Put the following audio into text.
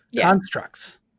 constructs